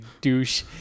douche